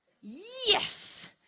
yes